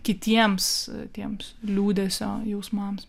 kitiems tiems liūdesio jausmams